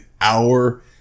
hour